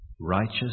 righteous